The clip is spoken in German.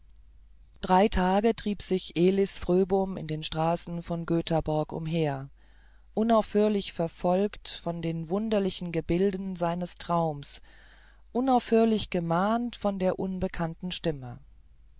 drei tage trieb sich elis fröbom in den straßen von göthaborg umher unaufhörlich verfolgt von den wunderlichen gebilden seines traums unaufhörlich gemahnt von der unbekannten stimme